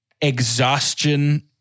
exhaustion